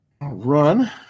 Run